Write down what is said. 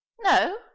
no